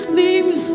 names